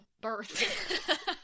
Birth